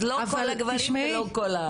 אז ממש לא כל הגברים.